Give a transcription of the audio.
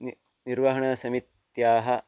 न निर्वहणसमित्याः